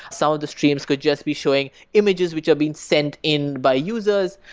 some of the streams could just be showing images which have been sent in by users,